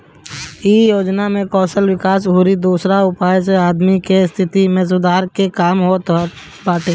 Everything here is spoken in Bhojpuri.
इ योजना में कौशल विकास अउरी दोसरा उपाय से आदमी के स्थिति में सुधार के काम होत बाटे